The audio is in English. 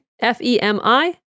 F-E-M-I